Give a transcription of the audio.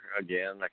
again